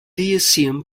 lyceum